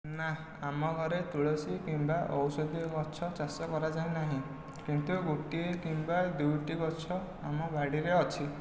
ନା ଆମ ଘରେ ତୁଳସୀ କିମ୍ବା ଔଷଧୀୟ ଗଛ ଚାଷ କରାଯାଏ ନାହିଁ କିନ୍ତୁ ଗୋଟିଏ କିମ୍ବା ଦୁଇଟି ଗଛ ଆମ ବାଡ଼ିରେ ଅଛି